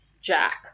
jack